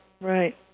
right